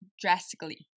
drastically